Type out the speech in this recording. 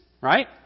Right